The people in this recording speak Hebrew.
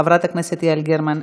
חברת הכנסת יעל גרמן,